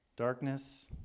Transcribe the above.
darkness